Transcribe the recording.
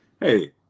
Hey